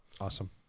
awesome